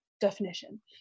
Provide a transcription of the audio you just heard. definition